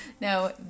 Now